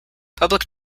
public